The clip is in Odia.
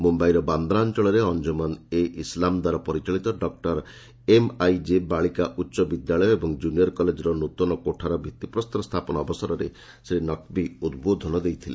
ମୁମ୍ବାଇର ବାନ୍ଦ୍ରା ଅଞ୍ଚଳରେ ଅଞ୍ଜୁମାନ୍ ଏ ଇସ୍ଲାମ ଦ୍ୱାରା ପରିଚାଳିତ ଡକୁର ଏମ୍ଆଇଜେ ବାଳିକା ଉଚ୍ଚ ବିଦ୍ୟାଳୟ ଏବଂ ଜୁନିୟର କଲେଜର ନୃତନ କୋଠାର ଭିଭିପ୍ରସ୍ତର ସ୍ଥାପନ ଅବସରରେ ଶ୍ରୀ ନକ୍ଭି ଉଦ୍ବୋଧନ ଦେଇଥିଲେ